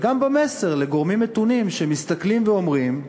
וגם במסר לגורמים מתונים, שמסתכלים ואומרים: